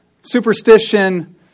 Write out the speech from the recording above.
superstition